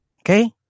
Okay